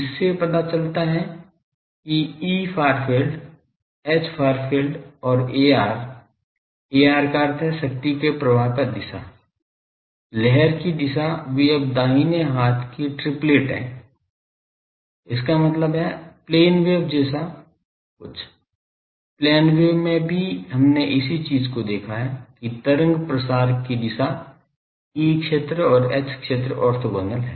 इससे पता चलता है कि Efar field Hfar field और ar ar का अर्थ है शक्ति प्रवाह की दिशा लहर की दिशा वे अब दाहिने हाथ की ट्रिप्लेट हैं इसका मतलब है प्लेन वेव जैसा कुछ प्लेन वेव में भी हमने इसी चीज को देखा है कि तरंग प्रसार की दिशा E क्षेत्र और H क्षेत्र ऑर्थोगोनल हैं